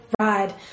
ride